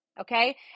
Okay